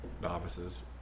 novices